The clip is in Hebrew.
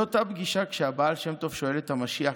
באותה פגישה, כשהבעל שם טוב שואל את המשיח: